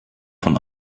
von